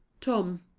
tom,